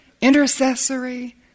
intercessory